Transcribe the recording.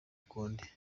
ukundi